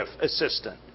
assistant